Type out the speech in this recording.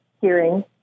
hearing